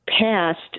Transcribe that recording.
passed